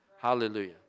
Hallelujah